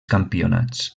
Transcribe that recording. campionats